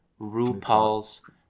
RuPaul's